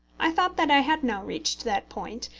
i thought that i had now reached that point,